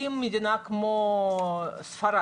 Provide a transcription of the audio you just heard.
אם מדינה כמו ספרד,